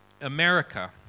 America